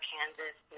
Kansas